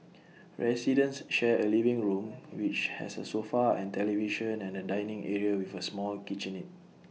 residents share A living room which has A sofa and television and A dining area with A small kitchenette